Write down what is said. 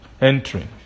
entering